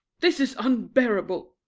this is unbearable!